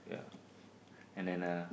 yeah and then uh